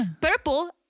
Purple